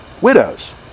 widows